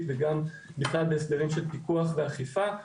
וגם מבחינת הסדרים של פיקוח ואכיפה.